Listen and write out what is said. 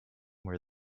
where